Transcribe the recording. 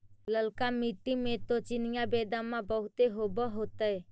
ललका मिट्टी मे तो चिनिआबेदमां बहुते होब होतय?